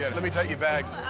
let me take your bags.